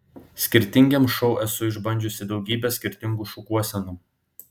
skirtingiems šou esu išbandžiusi daugybę skirtingų šukuosenų